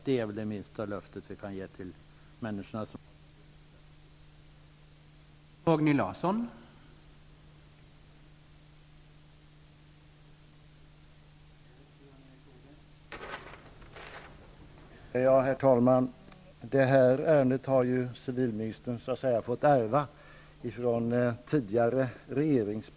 Det är väl det minsta löftet vi kan ge till människor som har dessa bekymmer.